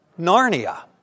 Narnia